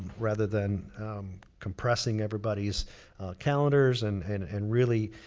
rather than compressing everybody's calendars and and and really